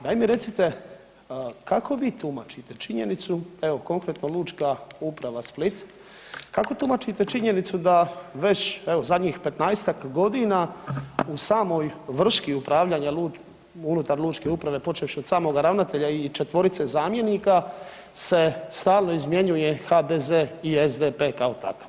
Daj mi recite kako vi tumačite činjenicu evo konkretno Lučka uprava Split, kako tumačite činjenicu da već evo zadnjih 15-tak godina u samoj vrški upravljanja unutar lučke uprave počevši od samoga ravnatelja i četvorice zamjenika se stalno izmjenjuje HDZ i SDP kao takav.